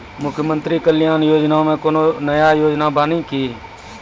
मुख्यमंत्री कल्याण योजना मे कोनो नया योजना बानी की?